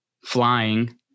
flying